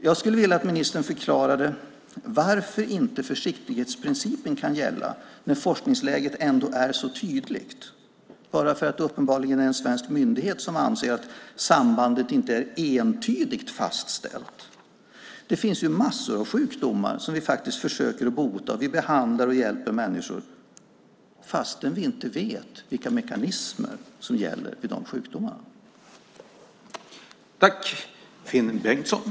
Jag skulle vilja att ministern förklarade varför inte försiktighetsprincipen kan gälla när forskningsläget ändå är så tydligt - bara för att det uppenbarligen är en svensk myndighet som anser att sambandet inte är "entydigt" fastställt. Det finns ju massor av sjukdomar som vi försöker bota, och vi behandlar och hjälper människor - fastän vi inte vet vilka mekanismer som gäller vid de sjukdomarna.